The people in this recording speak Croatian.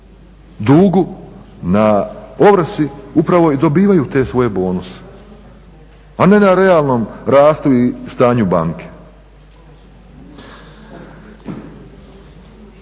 dugu, na ovrsi upravo i dobivaju te svoje bonuse, a ne na realnom rastu i stanju banke.